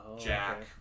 jack